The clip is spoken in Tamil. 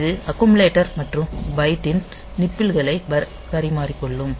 இது அக்குமுலேட்டர் மற்றும் பைட்டின் நிபில்களை பரிமாறிக்கொள்ளும்